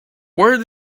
where